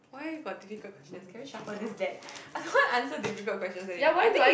why got difficult questions can we shuffle this deck I don't want to answer difficult questions anymore I think